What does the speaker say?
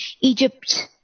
Egypt